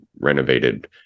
renovated